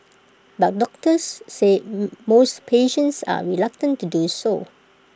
but doctors say most patients are reluctant to do so